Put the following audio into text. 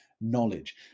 knowledge